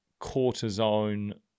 cortisone